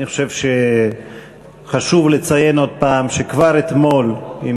אני חושב שחשוב לציין עוד פעם שכבר אתמול עם